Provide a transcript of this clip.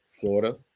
Florida